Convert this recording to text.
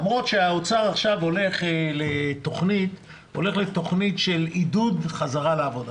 למרות שהאוצר הולך לתכנית של עידוד חזרה לעבודה.